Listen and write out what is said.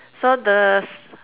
so the